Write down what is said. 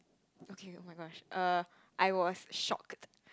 okay oh-my-gosh err I was shocked